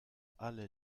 alle